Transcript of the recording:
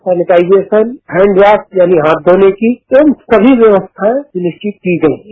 sanitization handwash यानि हाथ धोने की समी व्यवस्थाये सुनिश्चित की गयी हैं